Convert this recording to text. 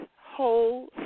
whole